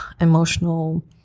emotional